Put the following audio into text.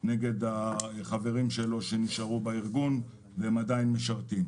נגד החברים שלו שנשארו בארגון ועדיין משרתים.